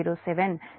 j0